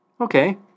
okay